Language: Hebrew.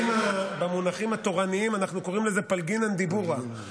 במונחים התורניים אנחנו קוראים זה "פלגינן דיבורא".